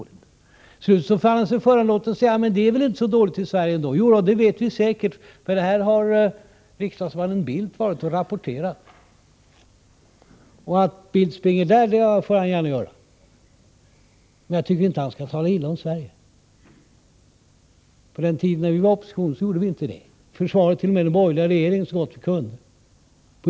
Till slut fann han sig föranlåten att säga: Men det är väl inte så dåligt i Sverige ändå. Jodå, sade de, det vet vi säkert, för riksdagsman Bildt har varit här och rapporterat. Att Carl Bildt springer där, det får han gärna göra, men jag tycker inte att han skall tala illa om Sverige. Under den tid då vi var i opposition gjorde vi inte det. Vi försvarade t.o.m. på utländsk botten den borgerliga regeringen, så gott vi kunde.